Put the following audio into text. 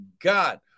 god